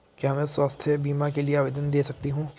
क्या मैं स्वास्थ्य बीमा के लिए आवेदन दे सकती हूँ?